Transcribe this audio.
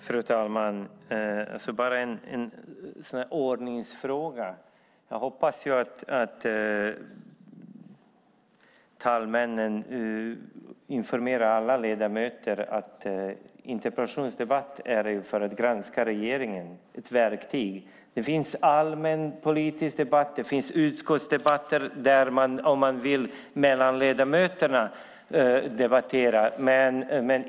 Fru talman! Jag har en ordningsfråga. Jag hoppas att talmännen informerar alla ledamöter om att en interpellationsdebatt är ett verktyg för att granska regeringen. Det finns allmänpolitisk debatt och det finns utskottsdebatter där man om man vill kan debattera mellan ledamöterna.